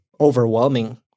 overwhelming